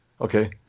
Okay